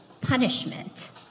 punishment